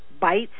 bites